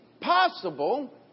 possible